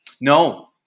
No